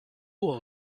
all